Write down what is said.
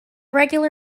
regular